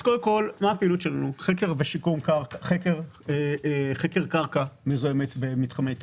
זו הפעילות שלנו: חקר ושיקום קרקע חקר קרקע מזוהמת במתחמי תע"ש.